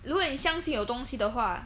如果你相信有东西的话